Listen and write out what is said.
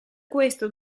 questo